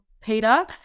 Peter